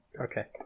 Okay